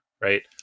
right